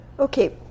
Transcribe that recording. Okay